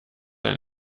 ein